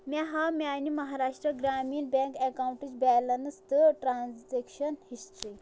مےٚ ہاو میٛانہِ مہاراشٹرٛا گرٛامیٖن بٮ۪نٛک اٮ۪کاوُنٛٹٕچ بیلَنٕس تہٕ ٹرٛانزٮ۪کشن ہِسٹِرٛی